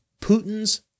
Putin's